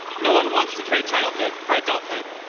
no one wants to trade childhood for adulthood.